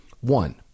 One